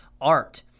art